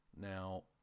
Now